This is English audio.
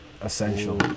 Essential